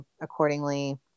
accordingly